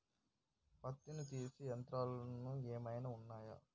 పత్తిని తీసే యంత్రాలు ఏమైనా ఉన్నయా?